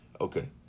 Okay